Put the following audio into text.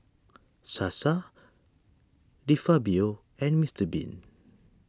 Sasa De Fabio and Mister Bean